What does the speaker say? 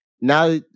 Now